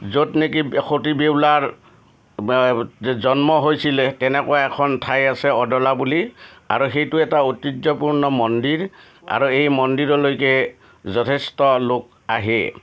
য'ত নেকি সতী বেউলাৰ জন্ম হৈছিলে তেনেকুৱা এখন ঠাই আছে অদলা বুলি আৰু সেইটো এটা ঐতিহ্যপূৰ্ণ মন্দিৰ আৰু এই মন্দিৰলৈকে যথেষ্ট লোক আহে